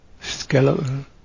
skeleton